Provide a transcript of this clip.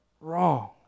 wrong